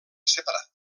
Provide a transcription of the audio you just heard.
separat